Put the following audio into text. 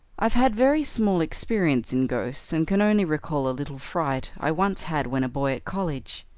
i've had very small experience in ghosts, and can only recall a little fright i once had when a boy at college.